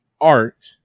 art